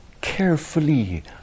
carefully